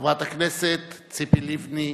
חברת הכנסת ציפי לבני,